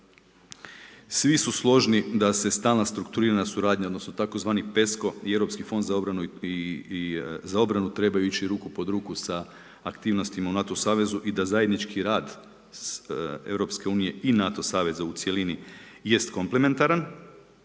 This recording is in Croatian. Svi su složni da se stalna strukturirana suradnja odnosno tzv. pesko i Europski fond za obranu trebaju ići ruku pod ruku sa aktivnostima u NATO savezu i da zajednički rad Europske unije i NATO saveza u cjelini jest komplementaran.